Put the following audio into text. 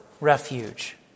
refuge